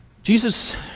Jesus